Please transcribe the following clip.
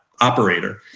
operator